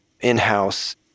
in-house